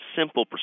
simple